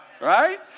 Right